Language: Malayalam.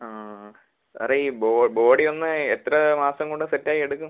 ആ സാറേ ഈ ബോഡി ഒന്ന് എത്ര മാസം കൊണ്ട് സെറ്റായി എടുക്കും